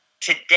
today